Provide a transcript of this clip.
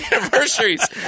Anniversaries